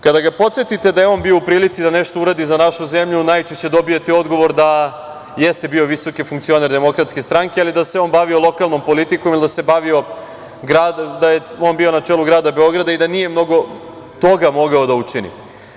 Kada ga podsetite da je on bio u prilici da nešto uradi za našu zemlju, najčešće dobije odgovor da jeste bio visoki funkcioner DS, ali da se on bavio lokalnom politikom ili da je on bio na čelu grada Beograda i da nije mnogo toga mogao da učini.